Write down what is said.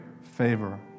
Favor